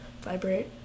vibrate